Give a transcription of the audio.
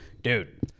Dude